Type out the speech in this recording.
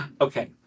okay